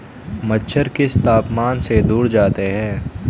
मच्छर किस तापमान से दूर जाते हैं?